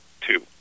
Two